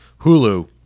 Hulu